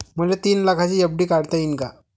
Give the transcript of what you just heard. मले तीन लाखाची एफ.डी काढता येईन का?